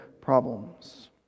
problems